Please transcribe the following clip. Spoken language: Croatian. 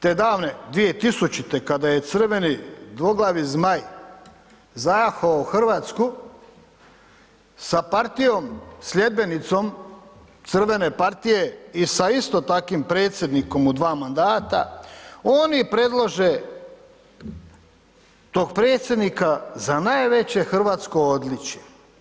Te davne 2000. kada je crveni dvoglavi zmaj zajahao Hrvatsku sa partijom sljedbenicom crvene partije i sa isto takvim Predsjednikom u dva mandata, oni predlože tog Predsjednika za najveće hrvatsko odličje.